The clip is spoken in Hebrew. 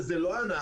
שזה לא אנחנו,